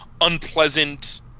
unpleasant